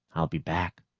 i'll be back,